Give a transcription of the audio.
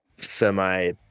semi